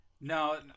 No